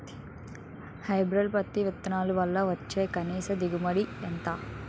Hybrid పత్తి విత్తనాలు వల్ల వచ్చే కనీస దిగుబడి ఎంత?